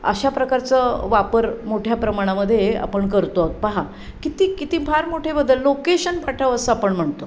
अशा प्रकारचं वापर मोठ्या प्रमाणामध्ये आपण करतो आहोत पहा किती किती फार मोठे बदल लोकेशन पाठव असं आपण म्हणतो